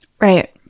Right